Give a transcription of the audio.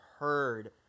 heard